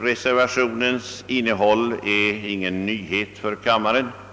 Innehållet i den reservationen är inte någon nyhet för kammaren, eftersom